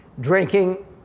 drinking